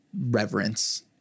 reverence